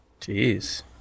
Jeez